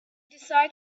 decided